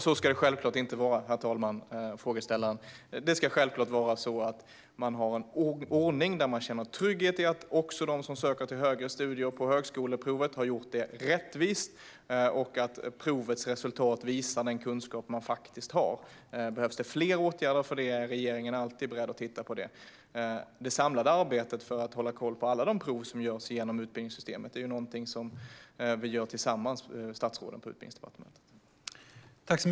Herr talman och frågeställaren! Det ska självklart vara en ordning där man känner trygghet i att också de som söker till högre studier via högskoleprovet gör det rättvist och att provets resultat visar den kunskap de faktiskt har. Behövs det fler åtgärder är regeringen alltid beredd att titta på det. Det samlade arbetet för att hålla koll på alla de prov som görs genom utbildningssystemet är någonting som vi statsråd på Utbildningsdepartementet gör tillsammans.